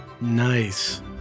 Nice